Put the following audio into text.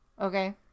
Okay